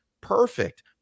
perfect